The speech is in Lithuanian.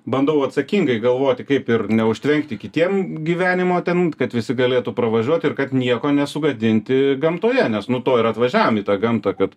bandau atsakingai galvoti kaip ir neužtvenkti kitiem gyvenimo ten kad visi galėtų pravažiuot ir kad nieko nesugadinti gamtoje nes nu to ir atvažiavom į tą gamtą kad